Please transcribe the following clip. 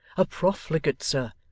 a profligate, sir,